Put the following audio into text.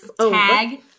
tag